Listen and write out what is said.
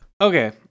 okay